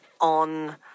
on